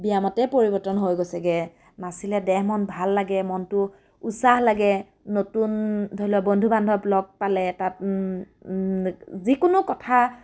ব্যায়ামতে পৰিৱৰ্তন হৈ গৈছেগৈ নাচিলে দেহ মন ভাল লাগে মনটো উৎসাহ লাগে নতুন ধৰি লওক বন্ধু বান্ধৱ লগ পালে তাত যিকোনো কথা